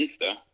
Insta